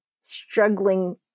struggling